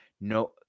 No